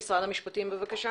ללכת.